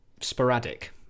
sporadic